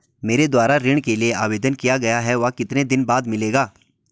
मेरे द्वारा ऋण के लिए आवेदन किया गया है वह कितने दिन बाद मिलेगा?